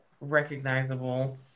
recognizable